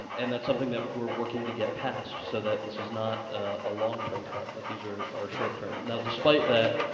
and that's something that we're working to get past so that this is not a long term cut, that these are are short-term. now, despite that,